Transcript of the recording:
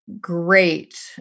Great